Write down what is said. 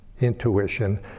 intuition